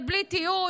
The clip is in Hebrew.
זה בלי תיעוד,